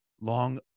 long